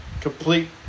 complete